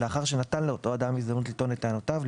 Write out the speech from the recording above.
לאחר שנתן לאותו אדם הזדמנות לטעון את טענותיו,